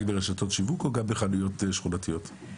ברשתות שיווק או גם בחנויות שכונתיות?